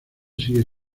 sigue